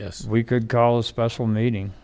yes we could call a special meeting